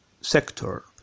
sector